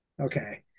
okay